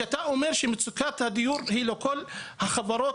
כשאתה אומר שמצוקת הדיור היא לכל החברות,